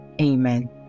Amen